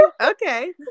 Okay